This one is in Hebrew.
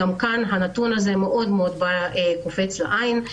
הנתון הזה מאוד קופץ לעין.